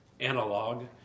analog